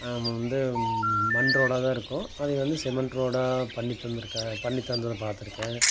வந்து மண் ரோடாக தான் இருக்கும் அதை வந்து செம்மண் ரோடாக பண்ணி தந்திருக்கார் பண்ணி தந்ததை பாத்துருக்கேன்